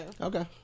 Okay